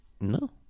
No